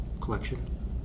collection